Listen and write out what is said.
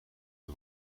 het